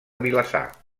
vilassar